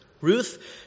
Ruth